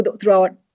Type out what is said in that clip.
throughout